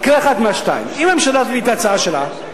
יקרה אחד מהשניים: אם הממשלה תביא את ההצעה שלה,